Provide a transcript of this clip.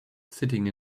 sitting